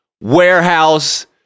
warehouse